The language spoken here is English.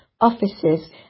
offices